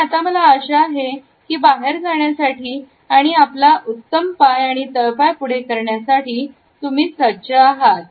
आणि आता मला आशा आहे की बाहेर जाण्यासाठी आणि आपला उत्तम पाय आणि तळपाय पुढे करण्यासाठी तुम्ही सज्ज आहात